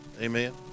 amen